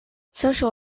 social